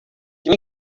can